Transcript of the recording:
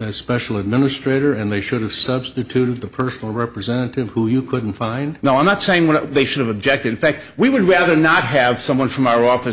a special administrator and they should have substituted the personal representative who you couldn't find now i'm not saying what they should have object in fact we would rather not have someone from our office